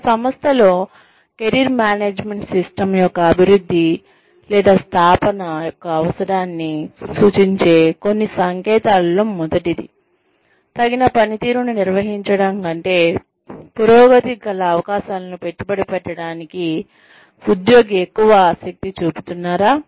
ఒక సంస్థలో career management system యొక్క అభివృద్ధి లేదా స్థాపన యొక్క అవసరాన్ని సూచించే కొన్ని సంకేతాలలో మొదటిది తగిన పనితీరును నిర్వహించడం కంటే పురోగతికి గల అవకాశాలను పెట్టుబడి పెట్టడానికి ఉద్యోగి ఎక్కువ ఆసక్తి చూపుతున్నారా